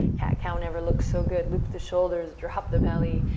cat cow never looked so good. loop the shoulders, drop the belly.